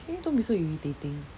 can you don't be so irritating